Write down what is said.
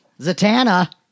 Zatanna